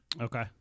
Okay